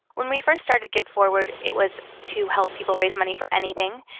when we first started giveforward it was to help people raise money for anything,